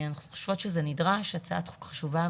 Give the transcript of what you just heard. אנחנו חושבות שזה נדרש, זו הצעת חוק חשובה.